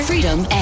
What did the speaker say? Freedom